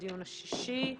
הדיון השישי.